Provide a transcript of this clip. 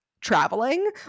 traveling